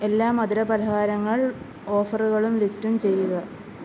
എല്ലാ മധുരപലഹാരങ്ങൾ ഓഫറുകളും ലിസ്റ്റ് ചെയ്യുക